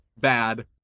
bad